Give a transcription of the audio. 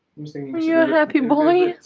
happy boy? aww,